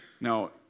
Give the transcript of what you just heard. No